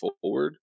forward